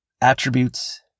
attributes